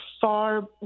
far